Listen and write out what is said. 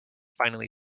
finally